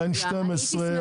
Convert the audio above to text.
N12,